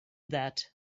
that